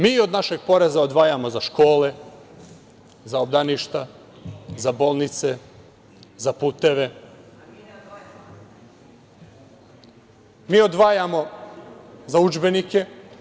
Mi od našeg poreza odvajamo za škole, za obdaništa, za bolnice, za puteve, mi odvajamo za udžbenike.